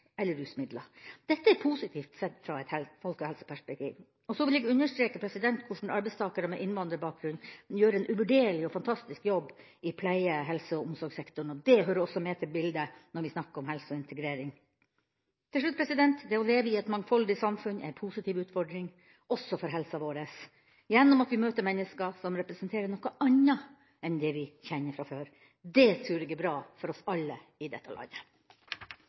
rusmidler. Dette er positivt, sett fra et folkehelseperspektiv. Jeg vil også understreke hvordan arbeidstakere med innvandrerbakgrunn gjør en uvurderlig og fantastisk jobb i pleie-, helse- og omsorgssektoren. Det hører også med til bildet når vi snakker om helse og integrering. Til slutt: Det å leve i et mangfoldig samfunn er en positiv utfordring – også for helsa vår – gjennom at vi møter mennesker som representerer noe annet enn det vi kjenner fra før. Det tror jeg er bra for oss alle i dette landet.